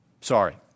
Sorry